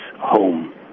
home